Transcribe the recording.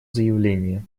заявление